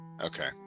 Okay